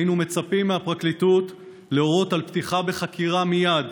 היינו מצפים מהפרקליטות להורות על פתיחה בחקירה מייד.